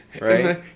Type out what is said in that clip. Right